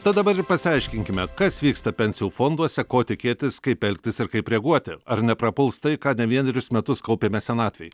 tad dabar ir pasiaiškinkime kas vyksta pensijų fonduose ko tikėtis kaip elgtis ir kaip reaguoti ar neprapuls tai ką ne vienerius metus kaupėme senatvei